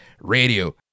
radio